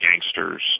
gangsters